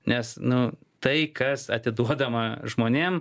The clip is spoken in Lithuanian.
nes nu tai kas atiduodama žmonėm